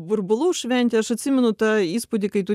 burbulų šventė aš atsimenu tą įspūdį kai tu